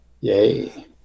yay